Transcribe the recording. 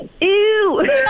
Ew